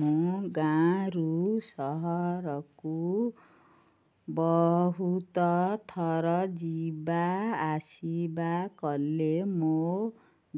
ମୁଁ ଗାଁରୁ ସହରକୁ ବହୁତଥର ଯିବା ଆସିବା କଲେ ମୋ